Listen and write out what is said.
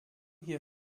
hier